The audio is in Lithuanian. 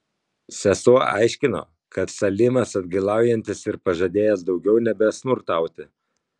sesuo aiškino kad salimas atgailaujantis ir pažadėjęs daugiau nebesmurtauti